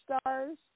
stars